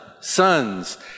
sons